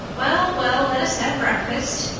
well, well, let us have breakfast,